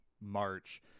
March